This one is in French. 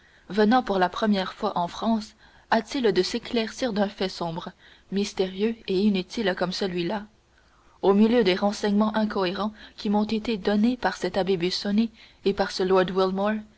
venant pour la première fois en france a-t-il de s'éclaircir d'un fait sombre mystérieux et inutile comme celui-là au milieu des renseignements incohérents qui m'ont été donnés par cet abbé busoni et par ce